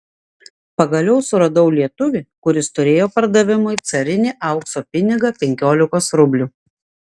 pagaliau suradau lietuvį kuris turėjo pardavimui carinį aukso pinigą penkiolikos rublių